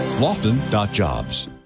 Lofton.jobs